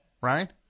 Right